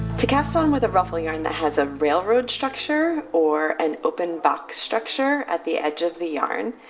to cast on with a ruffle yarn that has a railroad structure or an open box structure, at the edge of the yarn,